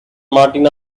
martin